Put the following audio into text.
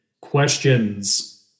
questions